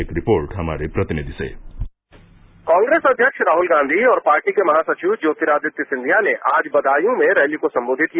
एक रिपोर्ट हमारे प्रतिनिधि सेः कांग्रेस अध्यक्ष राहल गांधी और पार्टी के महासविव ज्योतिरादित्य सिंधिया ने आज बदायूं में रैली को सम्बोधित किया